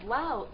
Wow